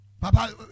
Papa